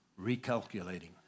recalculating